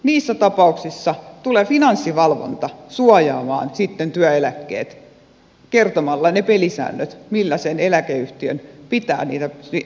niissä tapauksissa tulee finanssivalvonta suojaamaan sitten työeläkkeet kertomalla ne pelisäännöt millä sen eläkeyhtiön pitää niitä viedä eteenpäin